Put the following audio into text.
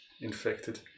infected